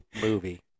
movie